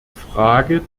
frage